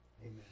Amen